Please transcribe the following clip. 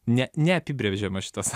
ne neapibrėžiamas šitas